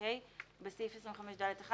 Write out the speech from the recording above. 25ה ובסעיף 25ד1,